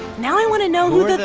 now i want to know who the